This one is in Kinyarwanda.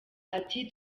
ati